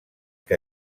que